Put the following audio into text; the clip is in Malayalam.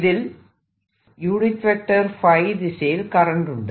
ഇതിൽ ദിശയിൽ കറന്റ് ഉണ്ട്